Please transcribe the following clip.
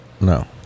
No